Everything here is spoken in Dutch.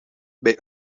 bij